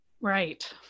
Right